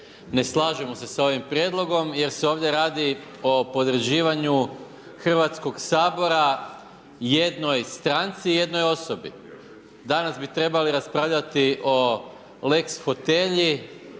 Ne slažemo se sa ovim prijedlogom jer se ovdje radi o podređivanju Hrvatskog sabora jednoj stranci, jednoj osobi. Danas bi trebali raspravljati o lex fotelji,